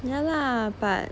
yeah lah but